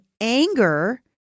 anger